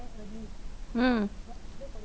mm